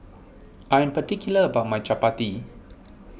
I'm particular about my Chapati